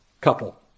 couple